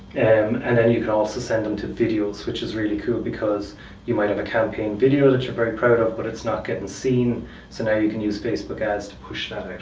and and then you can also send them to videos which is really cool because you might have a campaign video that your very proud of but it's not getting seen you can use facebook ads to push